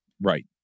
Right